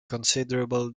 considerable